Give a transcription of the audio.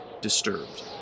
disturbed